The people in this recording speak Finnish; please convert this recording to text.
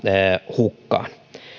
hukkaan